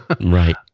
Right